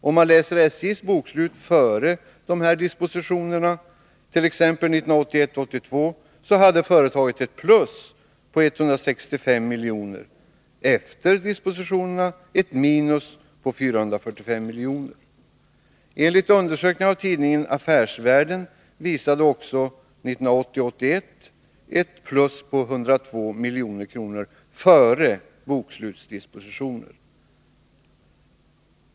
Om man läser SJ:s bokslut för tiden före dessa dispositioner, t.ex. 1981 81 ett plus på 102 milj.kr. före bokslutsdispositioner.